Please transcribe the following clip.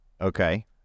Okay